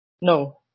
No